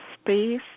space